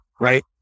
right